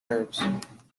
nerves